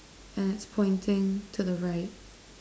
and it's pointing to the right